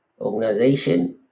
organization